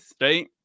right